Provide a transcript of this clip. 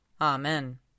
Amen